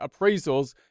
appraisals